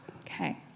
Okay